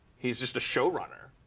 he's just a showrunner.